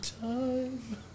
time